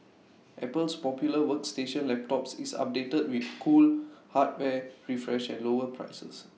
Apple's popular workstation laptops is updated with cool hardware refresh and lower prices